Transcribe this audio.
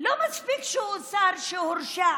לא מספיק שהוא שר שהורשע